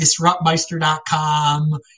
disruptmeister.com